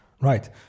right